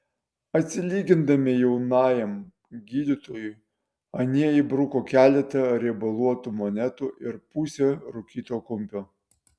atsilygindami jaunajam gydytojui anie įbruko keletą riebaluotų monetų ir pusę rūkyto kumpio